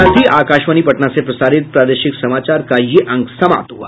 इसके साथ ही आकाशवाणी पटना से प्रसारित प्रादेशिक समाचार का ये अंक समाप्त हुआ